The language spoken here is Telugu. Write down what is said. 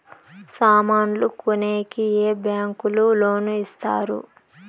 సామాన్లు కొనేకి ఏ బ్యాంకులు లోను ఇస్తారు?